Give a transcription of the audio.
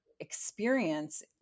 experience